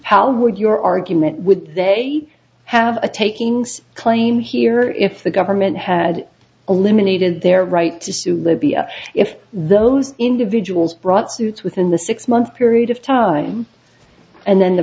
how would your argument with they have a takings claim here if the government had eliminated their right to sue libya if those individuals brought suits within the six month period of time and then the